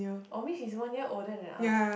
oh means she's one year older than us